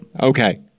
Okay